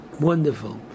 wonderful